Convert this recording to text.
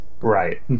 right